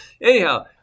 anyhow –